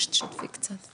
ושתשתפי קצת.